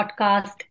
podcast